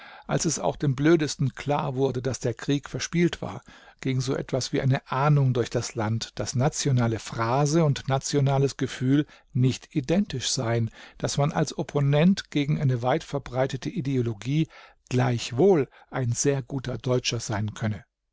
als es auch dem blödesten klar wurde daß der krieg verspielt war ging so etwas wie eine ahnung durch das land daß nationale phrase und nationales gefühl nicht identisch seien daß man als opponent gegen eine weit verbreitete ideologie gleichwohl ein sehr guter deutscher sein könne